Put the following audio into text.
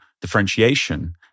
differentiation